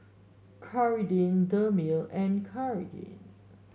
Dermale and Cartigain